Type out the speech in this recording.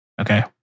okay